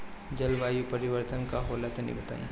जलवायु परिवर्तन का होला तनी बताई?